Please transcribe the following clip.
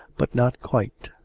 but not quite.